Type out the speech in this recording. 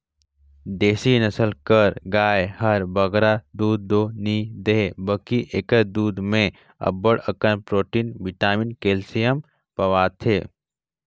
देसी नसल कर गाय हर बगरा दूद दो नी देहे बकि एकर दूद में अब्बड़ अकन प्रोटिन, बिटामिन, केल्सियम पवाथे